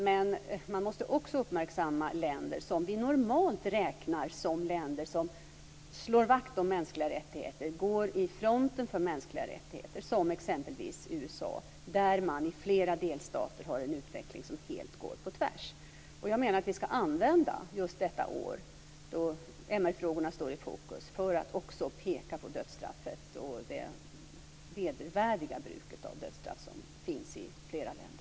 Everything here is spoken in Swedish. Men man måste också uppmärksamma länder som vi normalt räknar som länder som slår vakt om mänskliga rättigheter och går i fronten för mänskliga rättigheter, som exempelvis USA, där man i flera delstater har en utveckling som helt går på tvärs. Jag menar att vi skall använda just detta år, då MR-frågorna står i fokus, för att också peka på det vedervärdiga bruk av dödsstraff som finns i flera länder.